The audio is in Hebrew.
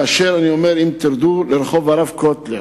אני לא מגזים כאשר אני אומר שאם תרדו לרחוב הרב קוטלר